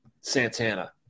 Santana